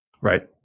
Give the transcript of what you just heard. Right